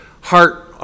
heart